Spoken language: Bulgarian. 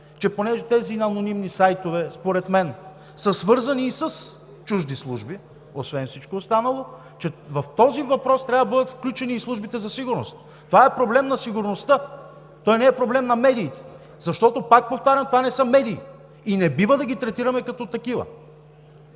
че понеже тези анонимни сайтове според мен са свързани и с чужди служби, освен всичко останало, че в този въпрос трябва да бъдат включени и службите за сигурност. Това е проблем на сигурността, той не е проблем на медиите. Защото, пак повтарям, това не са медии и не бива да ги третираме като такива.